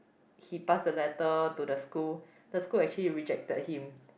he pass the letter to the school the school actually rejected him